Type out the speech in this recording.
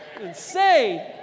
Insane